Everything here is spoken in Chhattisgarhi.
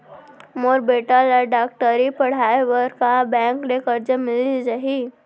मोर बेटा ल डॉक्टरी पढ़ाये बर का बैंक ले करजा मिलिस जाही?